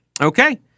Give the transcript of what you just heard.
Okay